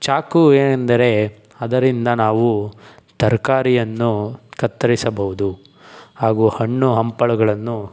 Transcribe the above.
ಚಾಕು ಏನೆಂದರೆ ಅದರಿಂದ ನಾವು ತರಕಾರಿಯನ್ನು ಕತ್ತರಿಸಬಹುದು ಹಾಗೂ ಹಣ್ಣು ಹಂಪಲುಗಳನ್ನು